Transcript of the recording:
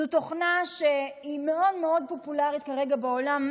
זו תוכנה שהיא מאוד מאוד פופולרית כרגע בעולם,